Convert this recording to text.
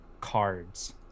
Cards